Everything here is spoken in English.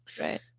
right